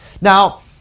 now